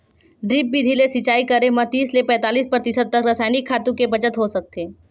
drip बिधि ले सिचई करे म तीस ले पैतालीस परतिसत तक रसइनिक खातू के बचत हो सकथे